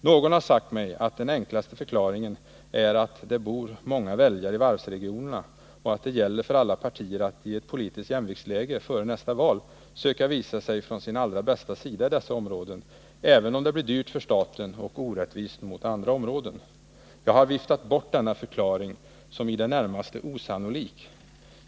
Någon har sagt mig att den enklaste förklaringen är att det bor många väljare i varvsregionerna och att det gäller för alla partier att i ett politiskt jämviktsläge före nästa val söka visa sig från sin allra bästa sida i dessa områden, även om det blir dyrt för staten och orättvist mot andra områden. Jag har viftat bort denna förklaring som i det närmaste osannolik.